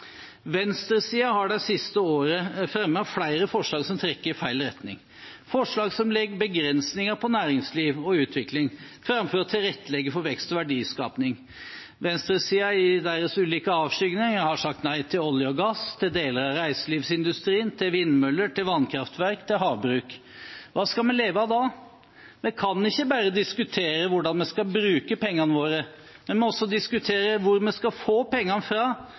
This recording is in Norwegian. Venstresiden har det siste året fremmet flere forslag som trekker i feil retning, forslag som legger begrensninger på næringsliv og utvikling, framfor å tilrettelegge for vekst og verdiskaping. Venstresiden, i sine ulike avskygninger, har sagt nei til olje og gass, til deler av reiselivsindustrien, til vindmøller, til vannkraftverk og til havbruk. Hva skal vi leve av da? Vi kan ikke bare diskutere hvordan vi skal bruke pengene våre, vi må også diskutere hvor vi skal få pengene fra,